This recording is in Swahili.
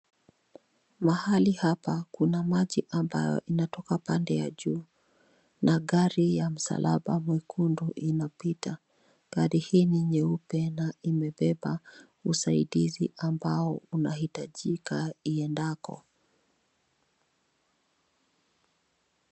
Mahali hapa kuna maji ambayo inatoka pande ya juu na gari ya msalaba mwekundu inapita. Gari hii ni nyeupe na imebeba usaidizi ambao unahitajika iendako.